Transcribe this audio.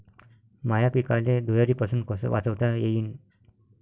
माह्या पिकाले धुयारीपासुन कस वाचवता येईन?